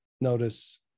notice